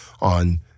on